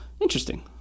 Interesting